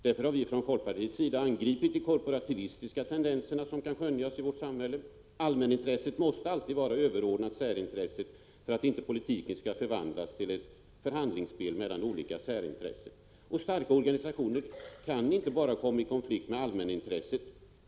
Därför har vi från folkpartiets sida angripit de korporativistiska tendenser som kan skönjas i vårt samhälle. Allmänintresset måste alltid vara överordnat särintresset för att politiken inte skall förvandlas till ett förhandlingsspel mellan olika särintressen. Starka organisationer kan vidare komma i konflikt inte bara med allmänintresset.